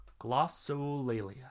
Glossolalia